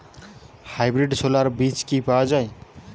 Hybrid ছোলার বীজ কি পাওয়া য়ায়?